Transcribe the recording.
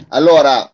Allora